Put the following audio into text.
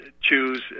choose